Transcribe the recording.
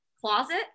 closet